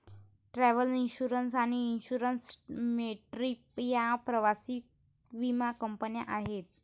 travel insurance आणि InsureMyTrip या प्रवासी विमा कंपन्या आहेत